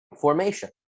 formation